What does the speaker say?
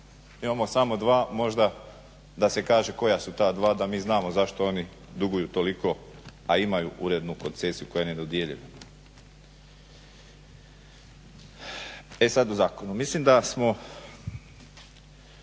Imamo samo dva, možda da se kaže koja su ta dva, da mi znamo zašto oni duguju toliko, a imaju urednu koncesiju koja je nedodijeljena. E sad o zakonu, mislim da smo,